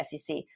SEC